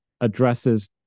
addresses